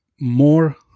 more